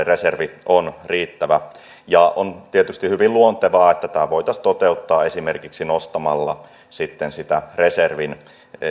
reservi on riittävä on tietysti hyvin luontevaa että tämä voitaisiin toteuttaa esimerkiksi nostamalla sitten sitä reservin